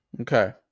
Okay